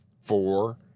Four